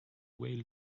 whale